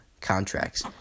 contracts